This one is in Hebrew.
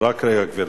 רק רגע, גברתי.